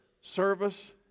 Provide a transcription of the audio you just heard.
service